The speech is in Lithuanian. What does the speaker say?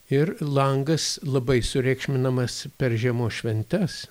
ir langas labai sureikšminamas per žiemos šventes